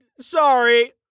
sorry